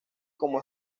como